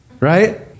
right